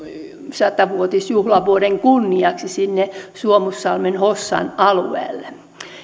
sata vuotisjuhlavuoden kunniaksi sinne suomussalmen hossan alueelle